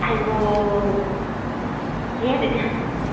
আইঔ সেই তেতিয়া